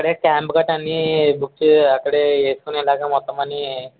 అక్కడే క్యాంప్ కట్టా అన్నీ బుక్ చే అక్కడే వేసుకునేలాగా మొత్తం అన్నీ